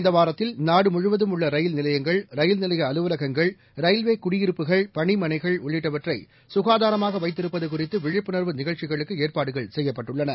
இந்தவாரத்தில் நாடுமுழுவதம் உள்ளரயில் நிலையங்கள் ரயில் நிலையஅலுவலகங்கள் ரயில்வேகுடியிருப்புகள் பணிமனைகள் உள்ளிட்டவற்றைசுகாதாரமாகவைத்திருப்பதுகுறித்துவிழிப்புணர்வு நிகழ்ச்சிகளுக்குஏற்பாடுகள் செய்யப்பட்டுள்ளன